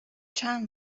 چند